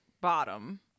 bottom